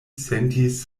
sentis